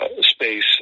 space